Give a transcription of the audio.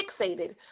fixated